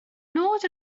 nod